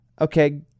Okay